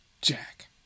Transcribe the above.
Jack